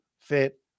fit